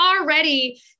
already